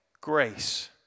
grace